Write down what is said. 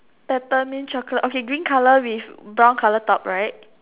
peppermint chocolate okay green colour with brown colour top right